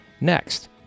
Next